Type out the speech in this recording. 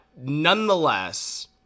nonetheless